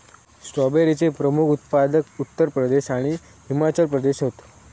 स्ट्रॉबेरीचे प्रमुख उत्पादक उत्तर प्रदेश आणि हिमाचल प्रदेश हत